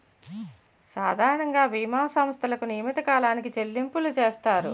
సాధారణంగా బీమా సంస్థలకు నియమిత కాలానికి చెల్లింపులు చేస్తారు